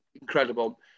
incredible